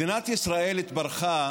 מדינת ישראל התברכה